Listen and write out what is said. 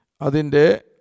adinde